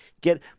get